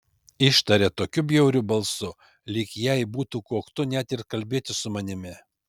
ištarė tokiu bjauriu balsu lyg jai būtų koktu net ir kalbėtis su manimi